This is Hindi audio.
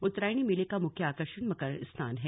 उत्तरायणी मेले का मुख्य आकर्षण मकर स्नान है